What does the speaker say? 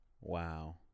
wow